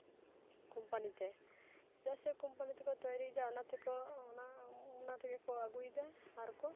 ᱠᱚᱢᱯᱟᱱᱤᱛᱮ ᱪᱮᱫᱟᱜ ᱥᱮ ᱠᱚᱢᱯᱟᱱᱤ ᱛᱮᱠᱚ ᱛᱳᱭᱨᱤᱭᱫᱟ ᱚᱱᱟ ᱛᱮᱠᱚ ᱚᱱᱟ ᱚᱱᱟ ᱛᱮᱜᱮ ᱠᱚ ᱟᱹᱜᱩᱭᱫᱟ ᱟᱨᱠᱚ